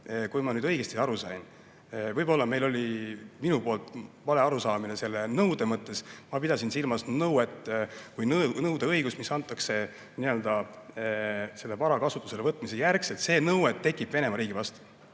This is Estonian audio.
Kui ma nüüd õigesti aru sain. Võib-olla meil oli minu poolt vale arusaamine selle nõude mõttes. Ma pidasin silmas nõudeõigust, mis antakse selle vara kasutusele võtmise järgselt. See nõue tekib Venemaa riigi vastu.